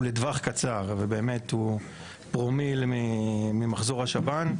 הוא לטווח קצר ובאמת הוא פרומיל ממחזור השב"ן.